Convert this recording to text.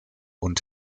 und